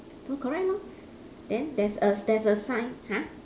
so correct lor then there's a there's a sign !huh!